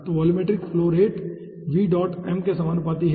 तो volumetric flow rate v dot m के समानुपाती है